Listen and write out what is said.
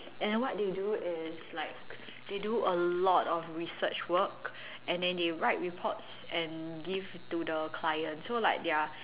and what they do is like they do a lot of research work and then they write reports and give to the clients so like their